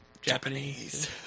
Japanese